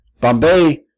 Bombay